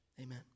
Amen